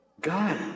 God